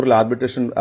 arbitration